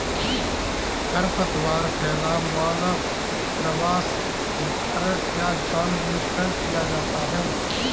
खरपतवार फैलाव मानव प्रवास के कारण या जानबूझकर किया जाता हैं